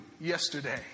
yesterday